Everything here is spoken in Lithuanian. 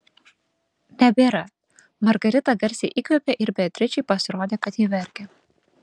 nebėra margarita garsiai įkvėpė ir beatričei pasirodė kad ji verkia